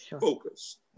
focus